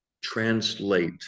translate